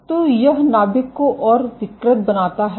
तो यह नाभिक को और विकृत बनाता है